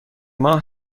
ماه